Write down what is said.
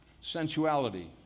Sensuality